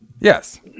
Yes